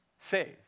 save